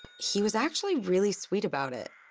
he was actually really sweet about it,